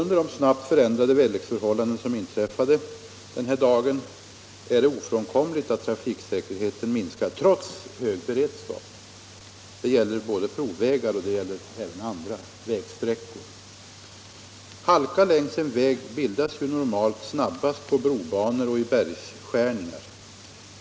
Under så snabbt förändrade väderleksförhållanden som inträffade den aktuella dagen är det ofrånkomligt att trafiksäkerheten minskar trots hög beredskap. Det gäller både provvägar och andra vägsträckor. Halka längs en väg bildas ju normalt snabbast på brobanor och i bergskärningar.